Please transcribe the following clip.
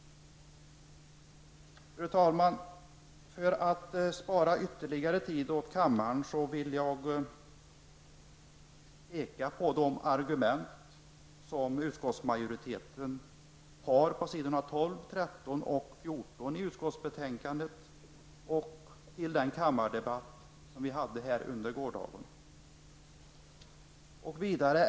Fru talman! För att spara ytterligare tid åt kammaren hänvisar jag till de argument som utskottsmajoriteten anför på s. 12, 13 och 14 i betänkandet och till den kammardebatt som vi hade under gårdagen.